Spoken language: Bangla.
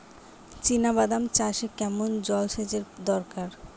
চিনাবাদাম চাষে কেমন জলসেচের দরকার?